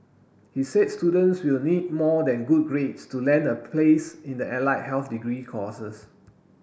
he said students will need more than good grades to land a place in the allied health degree courses